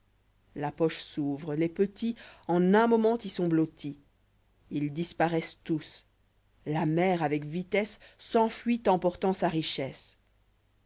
la poche s'ouvre lés petits en un moment y sont blottis ils disparaissent tous la mèrë'âvéc vitesse s'enfuit emportant sa richesse